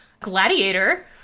Gladiator